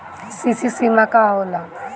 CC सीमा का होला?